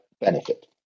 benefit